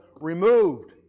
removed